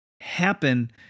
happen